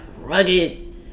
rugged